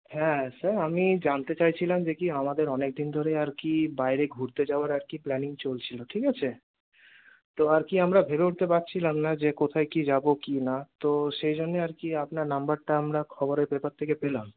হ্যাঁ স্যার আমি জানতে চাইছিলাম যে কি আমাদের অনেকদিন ধরে আর কি বাইরে ঘুরতে যাওয়ার আর কি প্ল্যানিং চলছিল ঠিক আছে তো আর কি আমরা ভেবে উঠতে পারছিলাম না যে কোথায় কি যাবো কি না তো সেইজন্য আর কি আপনার নাম্বারটা আমরা খবরের পেপার থেকে পেলাম